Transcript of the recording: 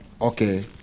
Okay